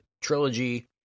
trilogy